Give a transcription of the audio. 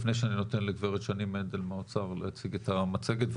לפני שאני נותן לגבי שני מנדל מהאוצר להציג את המצגת,